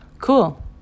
cool